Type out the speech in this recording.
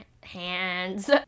hands